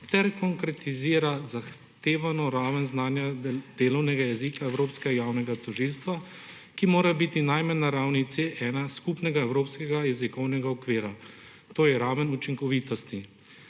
ter konkretizira zahtevano raven znanja delovnega jezika Evropskega javnega tožilstva, ki mora biti najmanj na ravni C1 skupnega evropskega jezikovnega okvira, to je raven učinkovitosti.